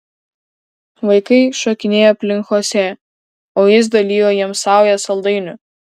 vaikai šokinėjo aplink chosė o jis dalijo jiems saujas saldainių